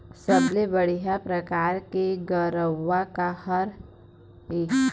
सबले बढ़िया परकार के गरवा का हर ये?